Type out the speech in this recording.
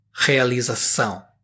realização